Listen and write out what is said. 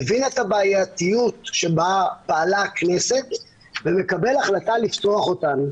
מבין את הבעייתיות שבה פעלה הכנסת ומקבל החלטה לפתוח אותנו.